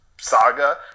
saga